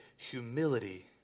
Humility